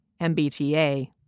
MBTA